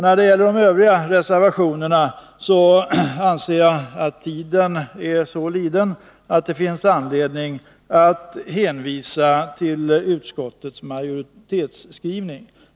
När det gäller de övriga reservationerna anser jag att tiden är så långt liden att det finns anledning att hänvisa till utskottets majoritetsskrivning.